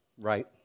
right